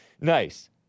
Nice